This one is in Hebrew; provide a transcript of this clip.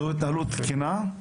זו התנהלות תקינה?